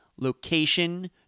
location